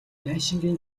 байшингийн